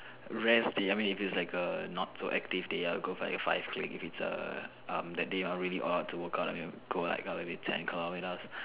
rest day I mean if it's like a not so active day I will go for five kilometers um that day if I'm really all ready to work out then maybe ten kilometers